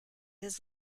his